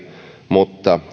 mutta